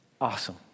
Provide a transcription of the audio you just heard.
Awesome